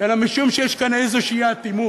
אלא משום שיש כאן איזו אטימות,